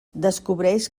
descobreix